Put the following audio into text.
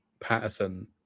Patterson